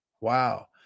Wow